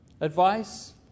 advice